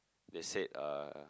they said uh